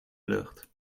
lucht